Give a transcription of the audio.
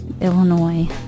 Illinois